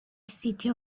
city